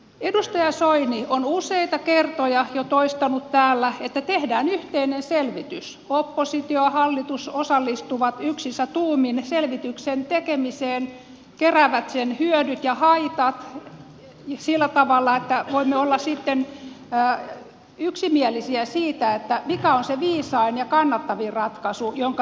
edustaja soini on useita kertoja jo toistanut täällä että tehdään yhteinen selvitys oppositio ja hallitus osallistuvat yksissä tuumin selvityksen tekemiseen keräävät sen hyödyt ja haitat sillä tavalla että voimme olla sitten yksimielisiä siitä mikä on se viisain ja kannattavin ratkaisu jonka me teemme